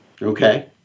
Okay